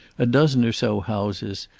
a dozen or so houses,